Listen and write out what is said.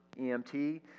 EMT